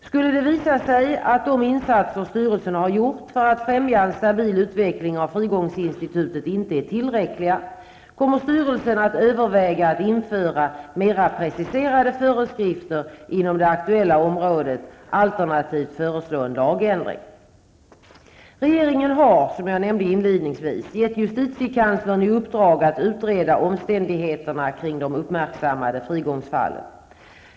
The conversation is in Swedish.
Skulle det visa sig att de insatser som styrelsen har gjort för att främja en stabil utveckling av frigångsinstitutet inte är tillräckliga, kommer styrelsen att överväga att införa mera preciserade föreskrifter inom det aktuella området, alternativt föreslå en lagändring. Regeringen har, som jag nämnde inledningsvis, gett justitiekanslern i uppdrag att utreda omständigheterna kring de uppmärksammade frigångsfallen.